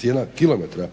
cijena kilometra